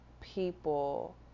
people